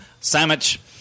Sandwich